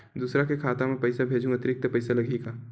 दूसरा के खाता म पईसा भेजहूँ अतिरिक्त पईसा लगही का?